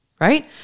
right